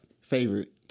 favorite